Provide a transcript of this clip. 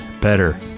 better